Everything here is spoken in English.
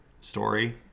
story